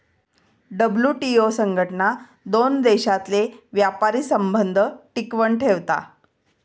WTO संघटना दोन देशांतले व्यापारी संबंध टिकवन ठेवता